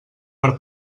per